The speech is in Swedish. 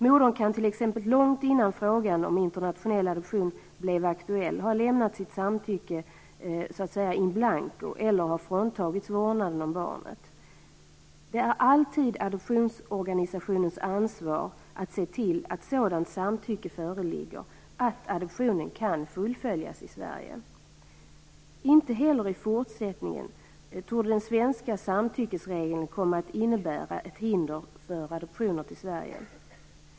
Modern kan t.ex. långt innan frågan om internationell adoption blev aktuell ha lämnat sitt samtycke in blanko eller ha fråntagits vårdnaden om barnet. Det är alltid adoptionsorganisationens ansvar att se till att sådant samtycke föreligger att adoptionen kan fullföljas i Sverige. Inte heller i fortsättningen torde den svenska samtyckesregeln komma att innebära ett hinder för adoptioner till Sverige.